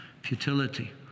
futility